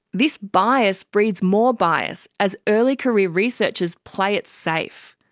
this bias breeds more bias, as early career researchers play it safe.